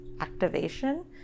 activation